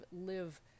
live